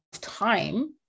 time